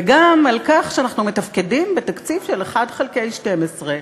וגם על כך שאנחנו מתפקדים בתקציב של 1 חלקי 12,